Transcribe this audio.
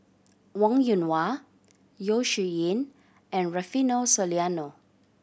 Wong Yoon Wah Yeo Shih Yun and Rufino Soliano